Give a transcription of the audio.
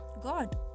God